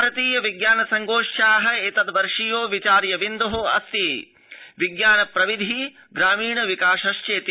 भारतीय विज्ञान संगोष्ठया एतद वर्षीयो विचार्य विन्दरस्ति विज्ञान प्रविधी ग्रामीण विकासश्चेति